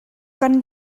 kan